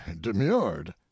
demurred